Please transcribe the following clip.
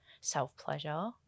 self-pleasure